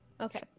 Okay